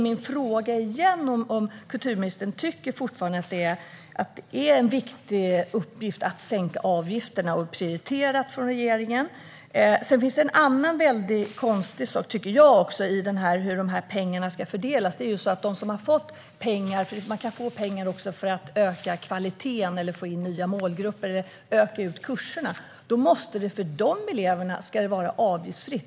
Min fråga är igen om kulturministern fortfarande tycker att det är en viktig uppgift att sänka avgifterna och prioriterat från regeringen. Det finns en annan väldigt konstig sak i hur pengarna ska fördelas. Man kan få pengar för att öka kvaliteten, få in nya målgrupper eller utöka kurserna. För de eleverna ska det vara avgiftsfritt.